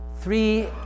Three